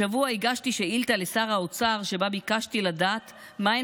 השבוע הגשתי שאילתה לשר האוצר שבה ביקשתי לדעת מהן